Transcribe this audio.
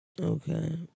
Okay